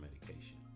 medication